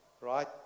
right